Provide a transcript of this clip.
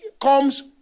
comes